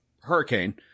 hurricane